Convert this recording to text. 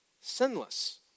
sinless